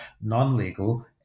non-legal